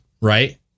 right